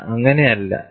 അത് അങ്ങനെയല്ല